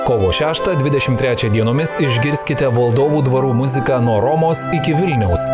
kovo šeštą dvidešim trečią dienomis išgirskite valdovų dvarų muziką nuo romos iki vilniaus